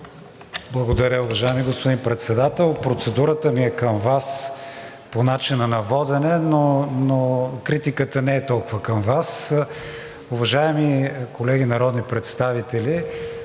Благодаря, уважаеми господин Председател. Процедурата ми е към Вас по начина на водене, но критиката не е толкова към Вас. Уважаеми колеги народни представители,